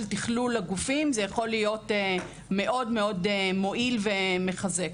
תכלול הגופים זה יכול להיות מאוד מאוד מועיל ומחזק.